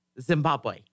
Zimbabwe